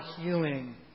healing